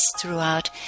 throughout